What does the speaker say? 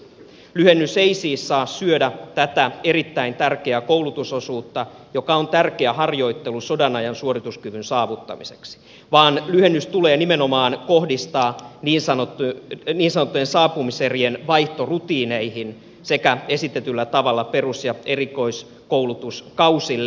lyhennys ei siis saa syödä tätä erittäin tärkeää koulutusosuutta joka on tärkeä harjoittelu sodanajan suorituskyvyn saavuttamiseksi vaan lyhennys tulee nimenomaan kohdistaa niin sanottujen saapumiserien vaihtorutiineihin sekä esitetyllä tavalla perus ja erikoiskoulutuskausille